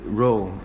role